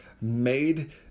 made